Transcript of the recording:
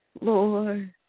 Lord